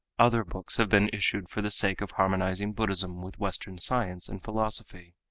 other books have been issued for the sake of harmonizing buddhism with western science and philosophy.